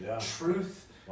truth